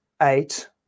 eight